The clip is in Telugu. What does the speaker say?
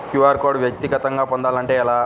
క్యూ.అర్ కోడ్ వ్యక్తిగతంగా పొందాలంటే ఎలా?